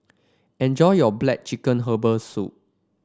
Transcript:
enjoy your black chicken Herbal Soup